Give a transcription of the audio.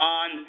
on